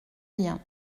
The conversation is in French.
bien